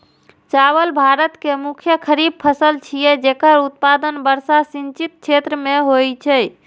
चावल भारत के मुख्य खरीफ फसल छियै, जेकर उत्पादन वर्षा सिंचित क्षेत्र मे होइ छै